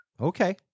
Okay